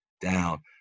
down